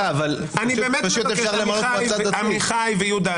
עמיחי ויהודה,